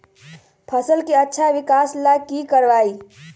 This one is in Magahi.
फसल के अच्छा विकास ला की करवाई?